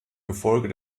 gefolge